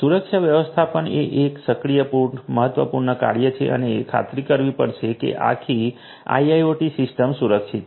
સુરક્ષા વ્યવસ્થાપન એ એક સક્રિય મહત્વપૂર્ણ કાર્ય છે અને ખાતરી કરવી પડશે કે આખી આઈઆઈઓટી સિસ્ટમ સુરક્ષિત છે